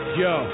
yo